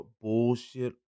bullshit